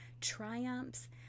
triumphs